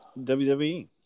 WWE